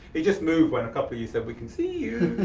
he just moved when a couple of you said, we can see you.